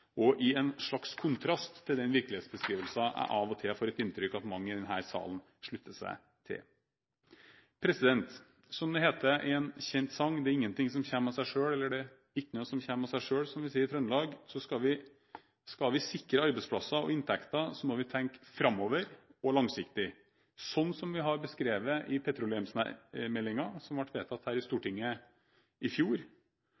og i en slags kontrast til den virkelighetsbeskrivelsen jeg av og til får et inntrykk av at mange her i salen slutter seg til. Som det heter i en kjent sang: «Det e itjnå som kjem tå sæ sjøl». Skal vi sikre arbeidsplasser og inntekter, må vi tenke framover og langsiktig, slik vi har beskrevet i petroleumsmeldingen, som ble vedtatt i Stortinget i fjor, og slik som vi har beskrevet i nettmeldingen, som ble vedtatt tidligere i